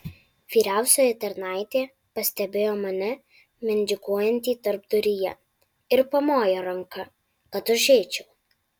vyriausioji tarnaitė pastebėjo mane mindžikuojantį tarpduryje ir pamojo ranka kad užeičiau